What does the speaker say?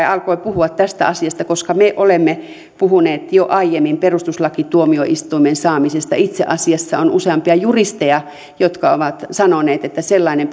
alkoi puhua tästä asiasta koska me olemme puhuneet jo aiemmin perustuslakituomioistuimen saamisesta itse asiassa on useampia juristeja jotka ovat sanoneet että sellainen